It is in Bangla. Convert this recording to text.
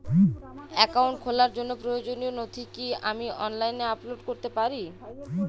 অ্যাকাউন্ট খোলার জন্য প্রয়োজনীয় নথি কি আমি অনলাইনে আপলোড করতে পারি?